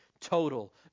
total